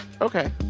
Okay